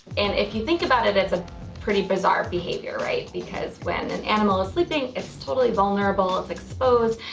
and if you think about it, it's a pretty bizarre behaviour, right? because when an animal is sleeping it's totally vulnerable, it's exposed,